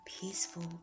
peaceful